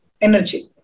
energy